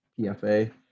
PFA